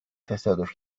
تصادف